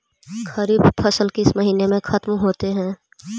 खरिफ फसल किस महीने में ख़त्म होते हैं?